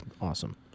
awesome